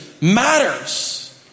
matters